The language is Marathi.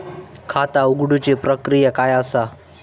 खाता उघडुची प्रक्रिया काय असा?